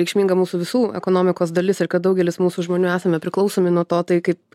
reikšminga mūsų visų ekonomikos dalis ir kad daugelis mūsų žmonių esame priklausomi nuo to tai kaip